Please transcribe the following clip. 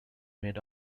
made